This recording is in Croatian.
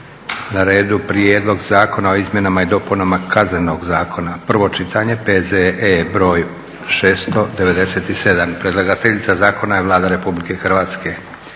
na redu: - Prijedlog zakona o izmjenama i dopunama Kaznenog zakona, prvo čitanje, P.Z. br. 697 Predlagateljica zakona je Vlada RH. Prijedlog akta